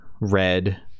red